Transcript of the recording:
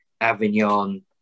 Avignon